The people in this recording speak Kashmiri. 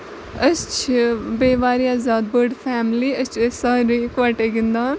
أسۍ چھِ بیٚیہِ واریاہ زیادٕ بٔڑ فیملی أسۍ چھِ أتۍ سارنہِ یِکہٕ وَٹے گِندان